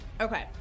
Okay